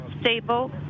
stable